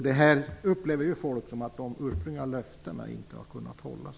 Detta upplevs av folk som att de ursprungliga löftena inte har kunnat hållas.